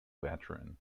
veteran